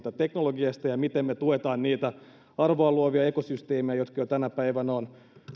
teknologiasta ja siitä miten me tuemme niitä arvoa luovia ekosysteemejä jotka jo tänä päivänä ovat